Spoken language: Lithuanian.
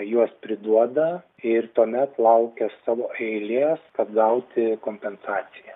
juos priduoda ir tuomet laukia savo eilės kad gauti kompensaciją